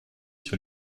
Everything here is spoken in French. sur